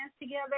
together